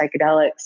psychedelics